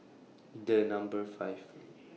The Number five